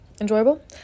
enjoyable